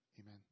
Amen